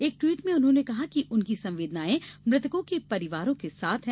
एक ट्वीट में उन्होंने कहा है कि उनकी संवेदनाएं मृतकों के परिवारों के साथ हैं